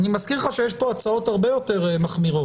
אני מזכיר לך שיש פה הצעות הרבה יותר מחמירות,